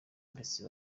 ndetse